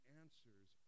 answers